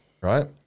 right